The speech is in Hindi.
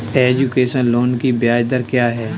एजुकेशन लोन की ब्याज दर क्या है?